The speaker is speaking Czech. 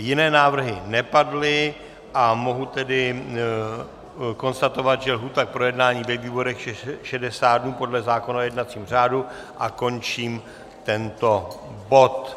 Jiné návrhy nepadly a mohu tedy konstatovat, že lhůta k projednání ve výborech je 60 dnů podle zákona o jednacím řádu, a končím tento bod.